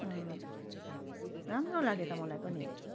अँ राम्रो लाग्यो त मलाई पनि